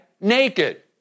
naked